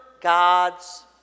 God's